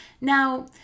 Now